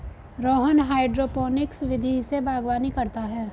Rohan hydroponics विधि से बागवानी करता है